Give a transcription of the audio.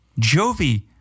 Jovi